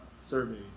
surveys